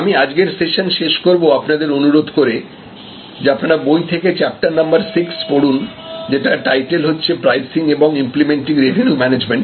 আমি আজকের সেশন শেষ করব আপনাদের অনুরোধ করে যে আপনারা বই থেকে চ্যাপ্টার নাম্বার 6 পড়ুন যেটার টাইটেল হচ্ছে প্রাইসিং এবং ইম্প্লিমেন্টিং রেভিনিউ ম্যানেজমেন্ট